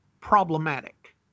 problematic